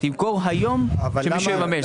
ימכור היום כדי שמישהו יממש.